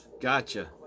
gotcha